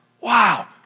Wow